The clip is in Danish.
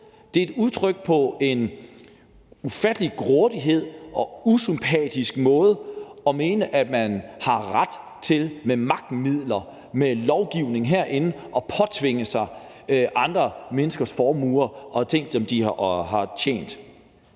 Det er udtryk for en ufattelig grådighed og for, at man er usympatisk, når man mener, at man har ret til med magtmidler, med lovgivning herindefra, at påtvinge sig andre menneskers formuer og ting, som de har